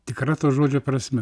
tikra to žodžio prasme